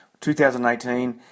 2018